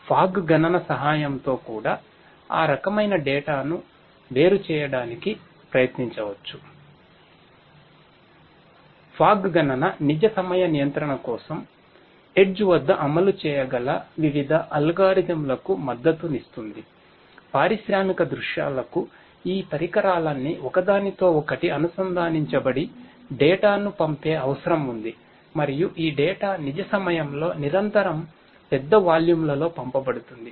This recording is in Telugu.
ఫాగ్ గణన నిజ సమయ నియంత్రణ కోసం ఎడ్జ్ నిజ సమయంలో నిరంతరం పెద్ద వాల్యూమ్లలో పంపబడుతుంది